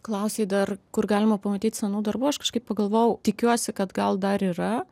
klausei dar kur galima pamatyt senų darbų aš kažkaip pagalvojau tikiuosi kad gal dar yra